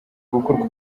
gukorwa